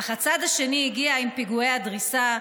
אך הצד השני הגיע עם פיגועי הדריסה,